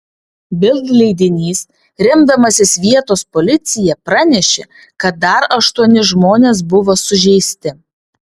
bild leidinys remdamasis vietos policija pranešė kad dar aštuoni žmonės buvo sužeisti